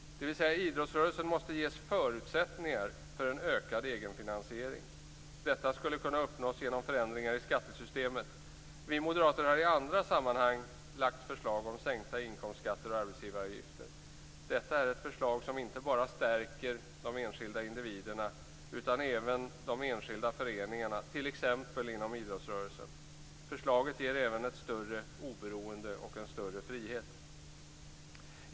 Idrottsrörelsen måste alltså ges förutsättningar för en ökad egenfinansiering. Detta skulle kunna uppnås genom förändringar i skattesystemet. Vi moderater har i andra sammanhang lagt fram förslag om sänkta inkomstskatter och arbetsgivaravgifter. Detta är ett förslag som stärker inte bara de enskilda individerna utan även de enskilda föreningarna, t.ex. inom idrottsrörelsen. Förslaget ger även ett större oberoende och en större frihet.